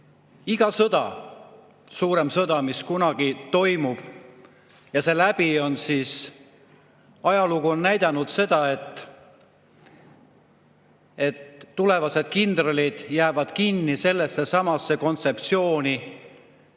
Iga sõda – suurem sõda, mis toimub –, kui see läbi on, siis ajalugu on näidanud, et tulevased kindralid jäävad kinni sellessesamasse kontseptsiooni,